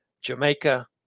Jamaica